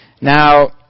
Now